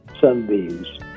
sunbeams